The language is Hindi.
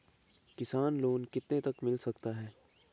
किसान लोंन कितने तक मिल सकता है?